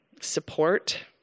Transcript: Support